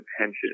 attention